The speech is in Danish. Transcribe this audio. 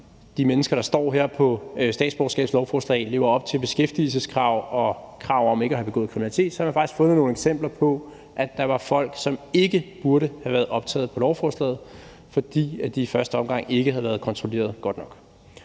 de mennesker, der står her på statsborgerskabslovforslaget, lever op til beskæftigelseskrav og krav om ikke at have begået kriminalitet, faktisk har fundet nogle eksempler på, at der var folk, som ikke burde have været optaget på lovforslaget, fordi de i første omgang ikke havde været kontrolleret godt nok.